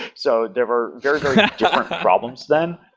so there were very, very different problems then.